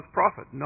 profit